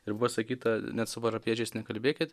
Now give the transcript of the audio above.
ir buvo sakyta net su parapijiečiais nekalbėkit